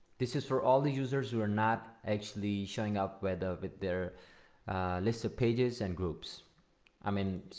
this is for all the users who are not actually showing up whether with their lists of pages and groups i mean